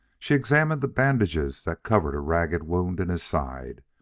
she examined the bandages that covered a ragged wound in his side,